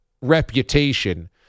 reputation